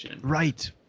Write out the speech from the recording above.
Right